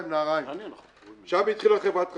מהמקום שבו התחילה חברת החשמל,